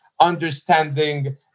understanding